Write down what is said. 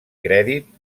crèdit